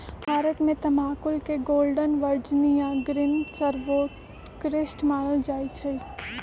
भारत में तमाकुल के गोल्डन वर्जिनियां ग्रीन सर्वोत्कृष्ट मानल जाइ छइ